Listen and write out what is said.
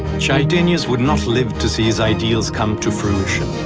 chydenius would not live to see his ideals come to fruition.